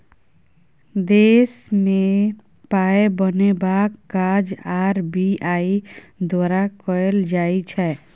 देशमे पाय बनेबाक काज आर.बी.आई द्वारा कएल जाइ छै